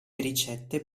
ricette